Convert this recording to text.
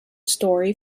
story